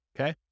Okay